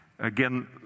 Again